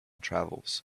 travels